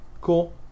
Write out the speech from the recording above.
Cool